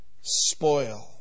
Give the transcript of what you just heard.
spoil